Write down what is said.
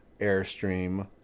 Airstream